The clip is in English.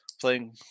playing